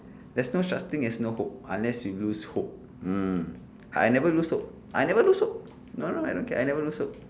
that's no such thing as no hope unless you lose hope mm I never lose hope I never lose hope no no I don't care I never lose hope